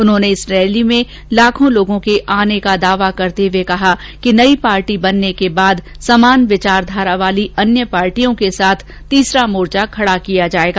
उन्होंने इस रैली में लाखो लोगो के आने का दावा करते हुए कहा कि नई पार्टी बनने के बाद समान विचारधारा वाली अन्य पार्टियों के साथ तीसरा मोर्चा खड़ा किया जाएगा